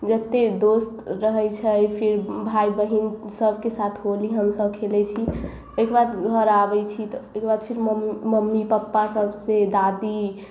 जतेक दोस्त रहै छै फिर भाइ बहिन सबके साथ होली हमसब खेलै छी ओहिके बाद घर आबै छी ओहिके बाद फेर मम्मी मम्मी पप्पा सबसे दादी